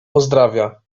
pozdrawia